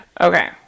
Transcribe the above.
okay